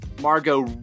Margot